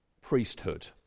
priesthood